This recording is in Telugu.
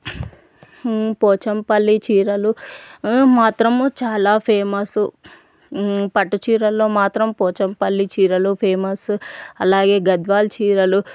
పోచంపల్లి చీరలు మాత్రం చాలా ఫేమస్సు పట్టు చీరల్లో మాత్రం పోచంపల్లి చీరలు ఫేమస్ అలాగే గద్వాల్ చీరలు